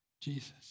Jesus